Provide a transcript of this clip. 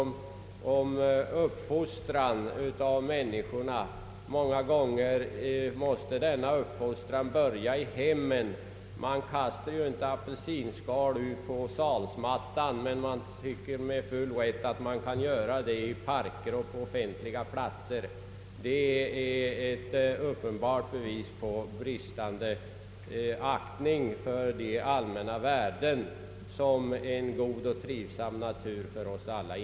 Uppfostran av människorna måste börja i hemmen. Man kastar ju inte apelsinskal på salsmattan, men man tycker sig med full rätt kunna göra det i parker och på offentliga platser. Det är ett uppenbart bevis på bristande aktning för de allmänna värden som en ren och trivsam natur innebär för oss alla.